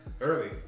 Early